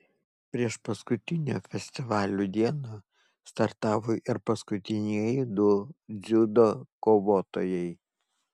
priešpaskutinę festivalio dieną startavo ir paskutinieji du dziudo kovotojai